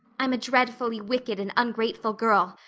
i'm a dreadfully wicked and ungrateful girl,